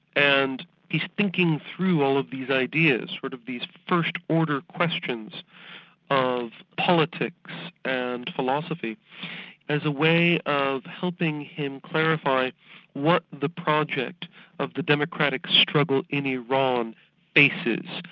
and he's thinking through all of these ideas, sort of these first order of questions of politics and philosophy as a way of helping him clarify what the project of the democratic struggle in iran faces.